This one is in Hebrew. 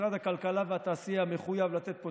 משרד הכלכלה והתעשייה מחויב לתת פה